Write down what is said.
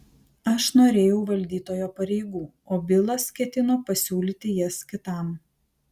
aš norėjau valdytojo pareigų o bilas ketino pasiūlyti jas kitam